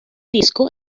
disco